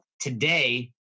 today